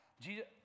Jesus